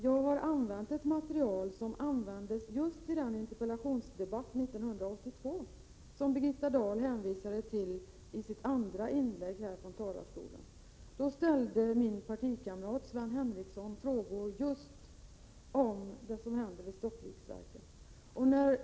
Jag har använt ett material som användes i just den interpellationsdebatt 1982 som Birgitta Dahl hänvisade till i sitt andra inlägg från talarstolen. Då ställde min partikamrat, Sven Henricsson, frågor om just det som händer vid Stockviksverken.